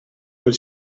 quel